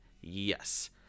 Yes